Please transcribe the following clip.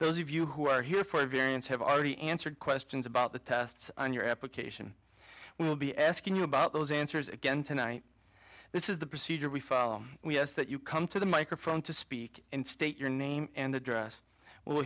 those of you who are here for a variance have already answered questions about the tests and your application will be asking you about those answers again tonight this is the procedure we follow yes that you come to the microphone to speak and state your name and address will